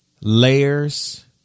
layers